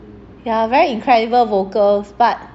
there are very incredible vocals but